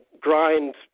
grind